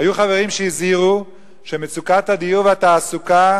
היו חברים שהזהירו שמצוקת הדיור והתעסוקה